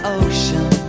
ocean